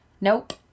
Nope